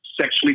Sexually